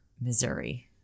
Missouri